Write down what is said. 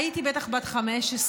הייתי בטח בת 15,